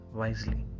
wisely